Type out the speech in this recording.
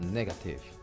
negative